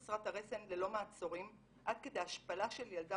התנהלות חסרת הרסן ללא מעצורים עד כדי השפלה של ילדה